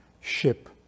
ship